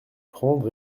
prendre